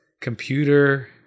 computer